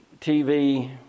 TV